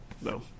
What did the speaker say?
No